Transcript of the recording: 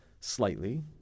slightly